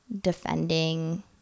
defending